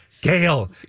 Gail